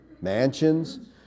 mansions